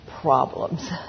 problems